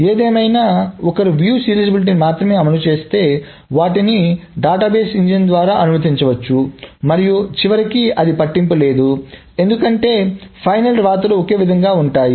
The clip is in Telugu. ఏదేమైనా ఒకరు వీక్షణ సీరియలైజబిలిటీని మాత్రమే అమలు చేస్తే వాటిని డేటాబేస్ ఇంజిన్ ద్వారా అనుమతించవచ్చు మరియు చివరికి అది పట్టింపు లేదు ఎందుకంటే ఫైనల్ వ్రాతలు ఒకే విధంగా ఉంటాయి